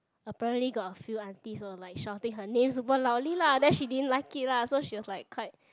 apparently got a few aunties was like shouting her name super loudly lah then she didn't like it lah so she was like quite